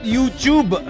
YouTube